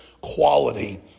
quality